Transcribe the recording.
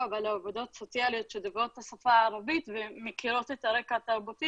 ולעובדות הסוציאליות שדוברות את השפה הערבית ומכירות את הרקע התרבותי